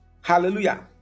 hallelujah